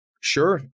Sure